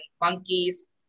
monkeys